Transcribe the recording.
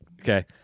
Okay